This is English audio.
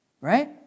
right